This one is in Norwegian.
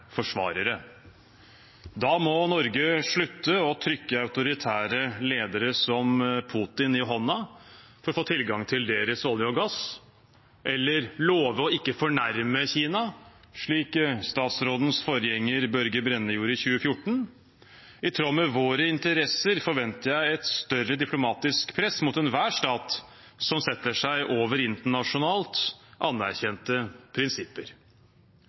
Da må Norge slutte å trykke autoritære ledere, som Putin, i hånden for å få tilgang til deres olje og gass, og slutte å love å ikke fornærme Kina, slike statsrådens forgjenger, Børge Brende, gjorde i 2014. I tråd med våre interesser forventer jeg et større diplomatisk press mot enhver stat som setter seg over internasjonalt anerkjente prinsipper.